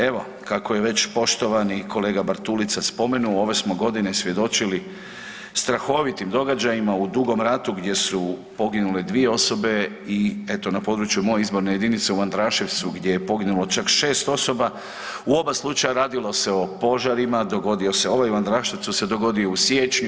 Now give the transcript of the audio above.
Evo kako je već poštovani kolega Bartulica spomenuo, ove smo godine svjedočili strahovitim događajima u Dugom ratu gdje su poginule dvije osobe i eto na području moje izborne jedinice u Andraševcu gdje je poginulo čak 6 osoba, u oba slučaja radilo se o požarima, dogodio se ovaj, u Andraševcu se dogodio u siječnju.